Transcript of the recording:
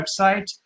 website